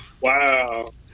wow